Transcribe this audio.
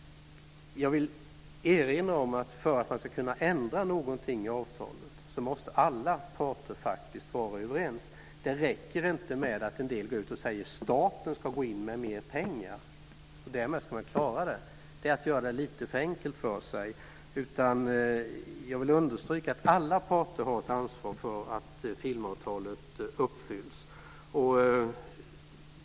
Jag vill erinra om att för att man ska kunna ändra någonting i avtalet måste alla parter faktiskt vara överens. Det räcker inte med att en del går ut och säger att staten ska gå in med mer pengar och att man därmed ska klara detta. Det är att göra det lite för enkelt för sig. Jag vill understryka att alla parter har ett ansvar för att filmavtalet uppfylls.